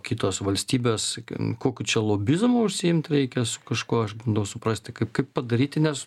kitos valstybės sakim kokiu čia lobizmu užsiimt reikia su kažkuo aš bandau suprasti kaip padaryti nes